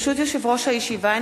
ברשות יושב-ראש הישיבה,